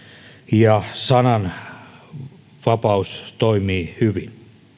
ja sananvapaus toimii hyvin